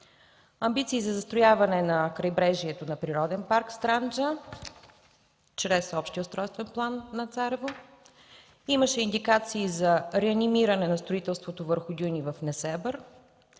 амбиции за застрояване на крайбрежието на Природен парк „Странджа” чрез общия устройствен план на Царево, имаше индикации за реанимиране на строителството върху дюни в Несебър,